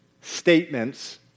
statements